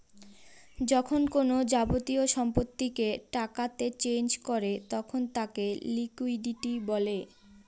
যখন কোনো যাবতীয় সম্পত্তিকে টাকাতে চেঞ করে তখন তাকে লিকুইডিটি বলে